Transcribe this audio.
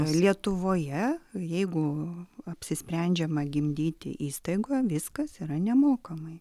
lietuvoje jeigu apsisprendžiama gimdyti įstaigoje viskas yra nemokamai